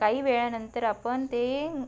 काही वेळानंतर आपण ते